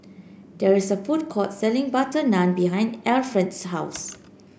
there is a food court selling butter naan behind Efrain's house